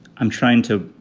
i'm trying to